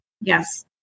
Yes